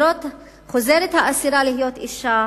חוזרת האסירה להיות אשה,